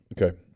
Okay